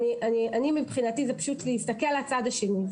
מבחינתי זה פשוט להסתכל לצד השני.